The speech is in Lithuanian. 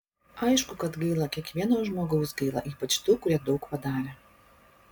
aišku kad gaila kiekvieno žmogaus gaila ypač tų kurie daug padarė